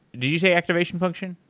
did you say activation function?